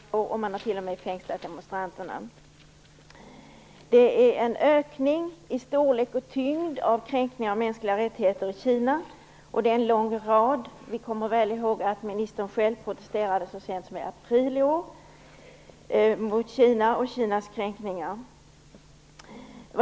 Fru talman! Jag har en fråga till Pierre Schori. Frågan är mycket aktuell. Den gäller det som nästan alla har sett i TV om demonstrationer i Kina. Man har t.o.m. fängslat demonstranterna. Det är en ökning i storlek och tyngd av kränkningarna av mänskliga rättigheter i Kina, och det finns en lång rad fall. Vi kommer väl i håg att ministern själv protesterade så sent som i april i år mot Kina och Kinas kränkningar.